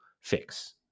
fix